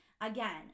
again